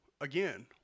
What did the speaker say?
again